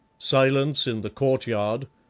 silence in the courtyard,